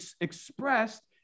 expressed